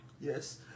Yes